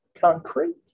concrete